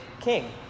king